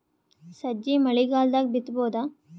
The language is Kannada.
ಸಜ್ಜಿ ಮಳಿಗಾಲ್ ದಾಗ್ ಬಿತಬೋದ?